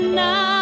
now